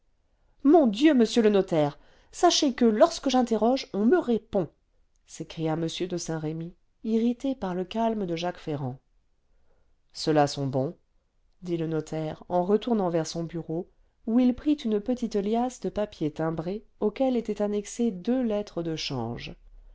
parole mort dieu monsieur le notaire sachez que lorsque j'interroge on me répond s'écria m de saint-remy irrité par le calme de jacques ferrand ceux-là sont bons dit le notaire en retournant vers son bureau où il prit une petite liasse de papiers timbrés auxquels étaient annexées deux lettres de change